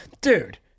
dude